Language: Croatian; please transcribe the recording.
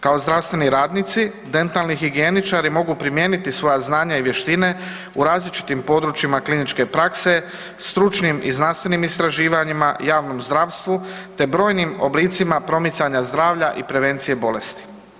Kao zdravstveni radnici, dentalni higijeničari mogu primijeniti svoja znanja i vještine u različitim područjima kliničke prakse, stručnim i znanstvenim istraživanjima, javnom zdravstvu te brojnim oblicima promicanja zdravlja i prevencije bolesti.